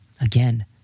Again